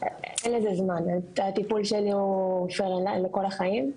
אין לזה זמן, הטיפול שלי הוא לכל החיים,